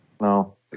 No